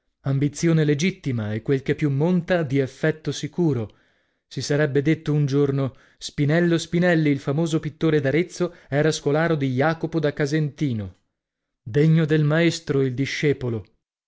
ambizione legittima e quel che più monta di effetto sicuro si sarebbe detto un giorno spinello spinelli il famoso pittore d'arezzo era scolaro di jacopo da casentino degno del maestro il discepolo